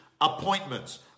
appointments